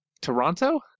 Toronto